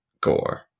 Gore